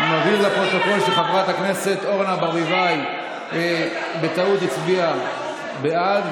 אני מבהיר לפרוטוקול שחברת הכנסת אורנה ברביבאי בטעות הצביעה בעד,